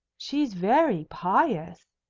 she's very pious,